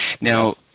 Now